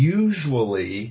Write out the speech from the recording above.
usually